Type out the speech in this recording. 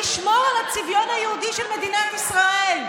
לשמור על הצביון היהודי של מדינת ישראל?